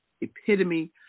epitome